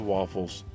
Waffles